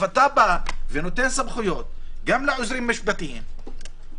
אתה נותן סמכויות גם לעוזרים המשפטיים,